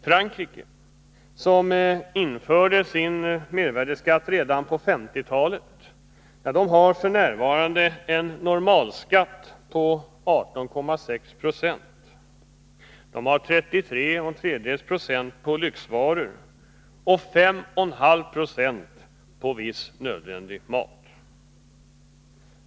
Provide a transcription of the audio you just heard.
Frankrike, som införde sin mervärdeskatt redan på 1950-talet, har f. n. en skatt på 18,6 26 på normalvaror, 33 1/3 Z på lyxvaror och 5,5 90 på viss nödvändig mat.